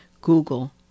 Google